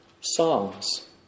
songs